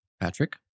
Patrick